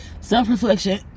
self-reflection